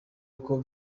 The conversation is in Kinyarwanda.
uko